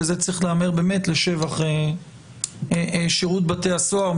וזה צריך להיאמר באמת לשבח שירות בתי הסוהר,